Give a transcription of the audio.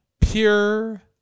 Pure